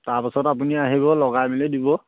তাৰপাছত আপুনি আহিব লগাই মেলি দিব